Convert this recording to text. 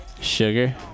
Sugar